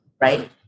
right